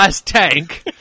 tank